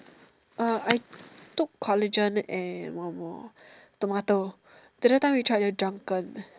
uh I took collagen and one more tomato the other time we tried the drunken